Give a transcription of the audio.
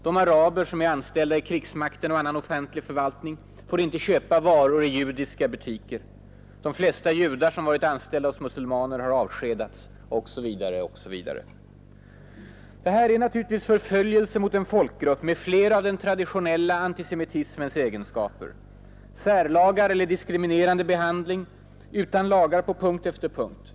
De araber som är anställda i krigsmakten och annan offentlig förvaltning får inte köpa varor i judiska butiker. De flesta judar, som varit anställda hos muselmaner har avskedats, osv., osv. Det här är naturligtvis förföljelse mot en folkgrupp med flera av den traditionella antisemitismens egenskaper. Särlagar på punkt efter punkt.